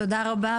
תודה רבה,